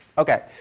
okay.